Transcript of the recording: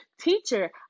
Teacher